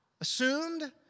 assumed